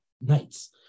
nights